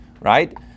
right